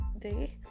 day